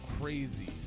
crazy